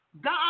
God